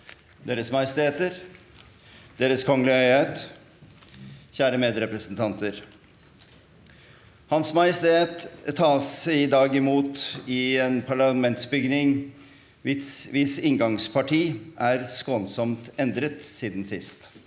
Deres Majesteter, Deres Kongelige Høyhet, kjære medrepresentanter! Hans Majestet tas i dag imot i en parlamentsbygning hvis inngangsparti er skånsomt endret siden sist.